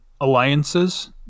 alliances